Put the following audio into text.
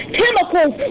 chemicals